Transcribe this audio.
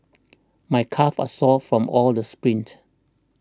my calves are sore from all the sprints